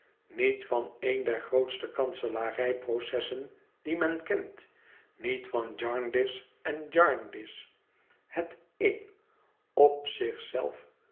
niet van een der grootste kanselarijprocessen die men kent niet van jarndyce en jarndyce het een op